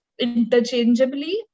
interchangeably